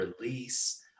release